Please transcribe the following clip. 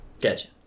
Gotcha